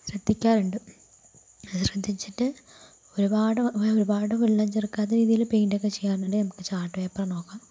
ശ്രദ്ധിക്കാറുണ്ട് അത് ശ്രദ്ധിച്ചിട്ട് ഒരുപാട് വെ ഒരുപാട് വെള്ളം ചേർക്കാത്ത രീതിയില് പെയിൻറ്റൊക്കെ ചെയ്യാറുണ്ട് നമുക്ക് ചാർട്ട് പേപ്പറ് നോക്കാം